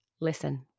Listen